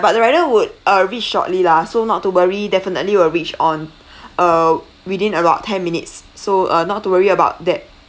but the rider would uh reach shortly lah so not to worry definitely will reach on uh within about ten minutes so uh not to worry about that